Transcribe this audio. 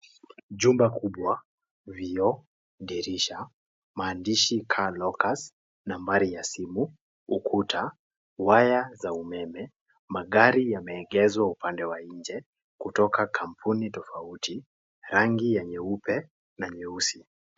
Jumba kubwa vioo dirisha maandishi car lokers numbari ya simu ukuta waya za umeme magari yameegezwa upande wa nje kutoka kampuni tofauti rangi ya nyeupe na nyeusi.